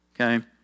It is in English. Okay